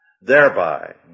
thereby